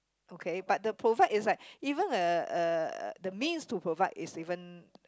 okay but the provide is like even uh the means to provide is even